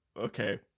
okay